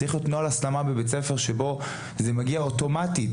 צריך להיות נוהל הסלמה בבית הספר שבו זה מגיע אוטומטית,